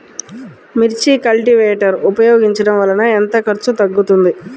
మిర్చి కల్టీవేటర్ ఉపయోగించటం వలన ఎంత ఖర్చు తగ్గుతుంది?